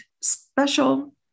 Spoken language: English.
special